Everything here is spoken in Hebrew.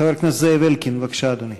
חבר הכנסת זאב אלקין, בבקשה, אדוני.